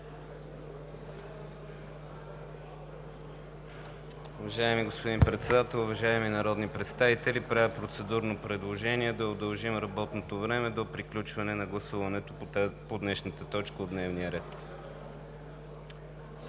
Уважаеми господин Председател, уважаеми народни представители! Правя процедурно предложение да удължим работното време до приключване на гласуването по тази точка от дневния ред.